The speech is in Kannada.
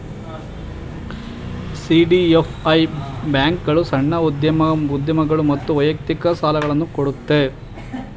ಸಿ.ಡಿ.ಎಫ್.ಐ ಬ್ಯಾಂಕ್ಗಳು ಸಣ್ಣ ಉದ್ಯಮಗಳು ಮತ್ತು ವೈಯಕ್ತಿಕ ಸಾಲುಗಳನ್ನು ಕೊಡುತ್ತೆ